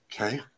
Okay